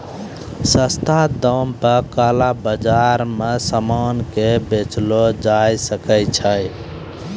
सस्ता दाम पे काला बाजार मे सामान के बेचलो जाय सकै छै